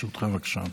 בבקשה.